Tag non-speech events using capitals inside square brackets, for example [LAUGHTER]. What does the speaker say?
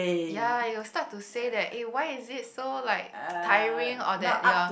ya you'll start to say that eh why is it so like tiring [NOISE] or that ya